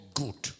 good